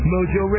Mojo